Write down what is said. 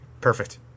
perfect